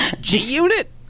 G-Unit